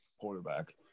quarterback